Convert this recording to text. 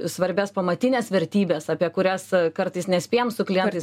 svarbias pamatines vertybes apie kurias kartais nespėjam su klientais